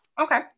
okay